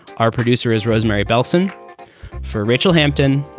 our producer is rosemary bellson for rachael hampton.